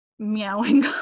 Meowing